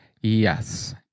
Yes